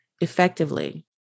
effectively